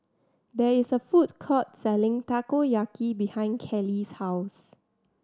there is a food court selling Takoyaki behind Cali's house